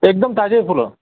एकदम ताजी आहे फुलं